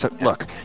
Look